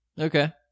Okay